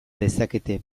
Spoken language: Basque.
dezakete